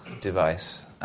device